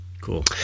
cool